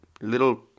little